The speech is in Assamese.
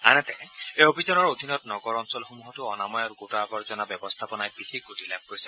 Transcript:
আনহাতে এই অভিযানৰ অধীনত নগৰ অঞ্চলসমূহতো অনাময় আৰু গোটা আৱৰ্জনা ব্যৱস্থাপনাই বিশেষ গতি লাভ কৰিছে